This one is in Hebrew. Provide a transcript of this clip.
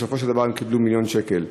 בסופו של דבר קיבלו מיליון שקל.